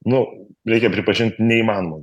nu reikia pripažint neįmanoma